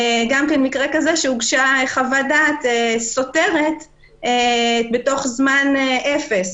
שהוגשה חוות דעת סותרת בזמן אפס,